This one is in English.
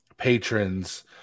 Patrons